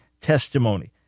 testimony